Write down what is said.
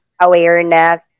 awareness